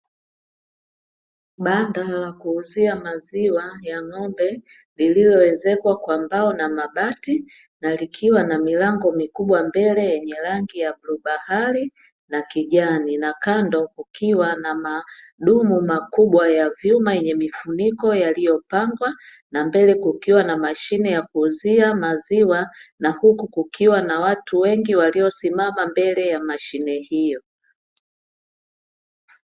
Banda la kuuzia maziwa ya ng'ombe lililoezekwa kwa mbao na mabati na likiwa na milango mikubwa mbele yenye rangi ya bluu bahari na kijani na kando kukiwa na madumu makubwa ya vyuma yenye mifuniko yaliyopangwa. Na mbele kukiwa na mashine ya kuuzia maziwa na huku kukiwa na watu wengi waliyosimama mbele ya mashine hiyo.